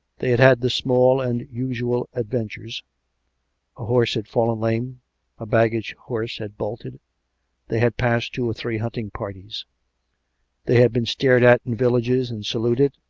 they had had the small and usual adven tures a horse had fallen lame a baggage-horse had bolted they had passed two or three hunting-parties they had been stared at in villages and saluted,